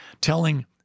telling